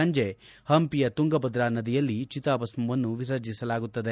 ಸಂಜೆ ಹಂಪಿಯ ತುಂಗಭದ್ರಾ ನದಿಯಲ್ಲಿ ಚಿತಾಭಸ್ವನ್ನು ವಿಸರ್ಜಿಸಲಾಗುತ್ತಿದೆ